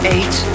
Eight